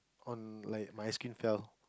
on like my ice cream fell